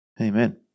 Amen